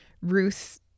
Ruth